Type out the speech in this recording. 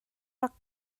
rak